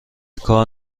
کار